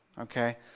okay